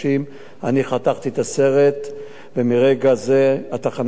אני חתכתי את הסרט ומרגע זה התחנה קיימת,